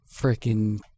freaking